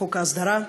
חוק ההסדרה,